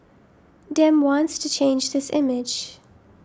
Dem wants to change this image